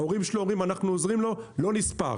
ההורים שלו אומרים נעזור לו, לא נספר.